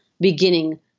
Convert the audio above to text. beginning